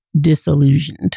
disillusioned